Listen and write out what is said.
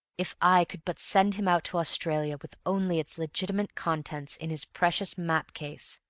if i could but send him out to australia with only its legitimate contents in his precious map-case!